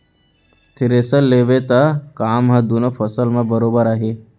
thresher लेबे त काम ह दुनों फसल म बरोबर आही